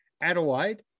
Adelaide